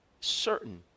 certain